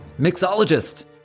mixologist